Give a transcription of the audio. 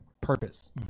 purpose